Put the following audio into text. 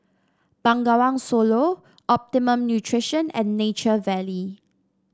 Bengawan Solo Optimum Nutrition and Nature Valley